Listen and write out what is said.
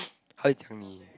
hi Tony